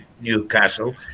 Newcastle